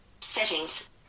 Settings